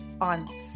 on